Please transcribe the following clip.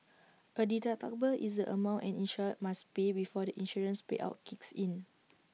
A deductible is the amount an insured must pay before the insurance payout kicks in